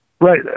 right